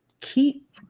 keep